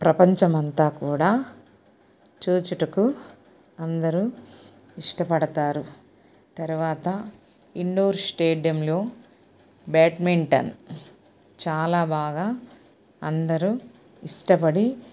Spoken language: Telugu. ప్రపంచమంతా కూడా చూచుటకు అందరూ ఇష్టపడతారు తరవాత ఇండోర్ స్టేడియంలో బ్యాట్మింటన్ చాలా బాగా అందరూ ఇష్టపడి